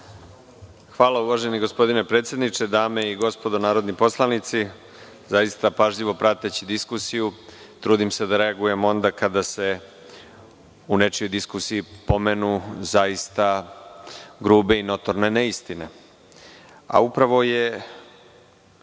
Hvala uvaženi gospodine predsedniče, dame i gospodo narodni poslanici, zaista pažljivo prateći diskusiju, trudim se da reagujem onda kada se u nečijoj diskusiji pomenu zaista grube i notorne neistine. Upravo je